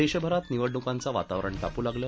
देशभरात निवडणुकांचं वातावरण तापू लागलं